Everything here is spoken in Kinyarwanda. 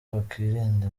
wakwirinda